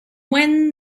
when